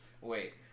Wait